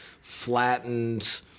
flattened